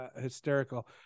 hysterical